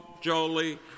Jolie